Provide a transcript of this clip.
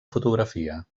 fotografia